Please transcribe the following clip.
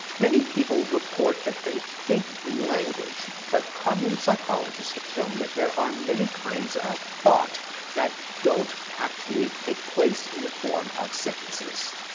many people report that they think in language, but commune of psychologists have shown that there are many kinds of thought that don't actually take place in the form of sentences.